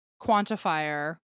quantifier